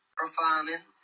performing